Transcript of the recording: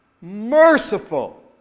merciful